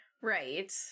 right